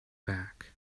back